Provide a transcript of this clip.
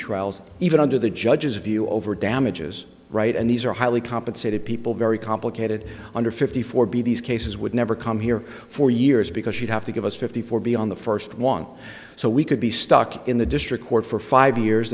trials even under the judge's view over damages right and these are highly compensated people very complicated under fifty four b these cases would never come here for years because you'd have to give us fifty four b on the first one so we could be stuck in the district court for